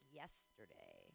yesterday